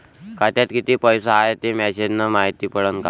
खात्यात किती पैसा हाय ते मेसेज न मायती पडन का?